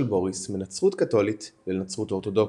בוריס מנצרות קתולית לנצרות אורתודוקסית.